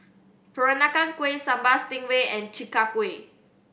Peranakan Kueh Sambal Stingray and Chi Kak Kuih